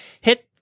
hit